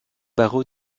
barreau